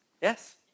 Yes